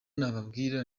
nababwira